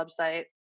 website